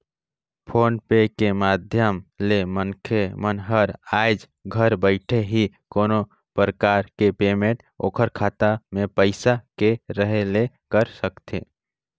phone पे के माधियम ले मनखे मन हर आयज घर बइठे ही कोनो परकार के पेमेंट ओखर खाता मे पइसा के रहें ले कर सकथे